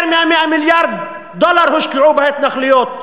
יותר מ-100 מיליארד דולר הושקעו בהתנחלויות.